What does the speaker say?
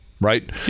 right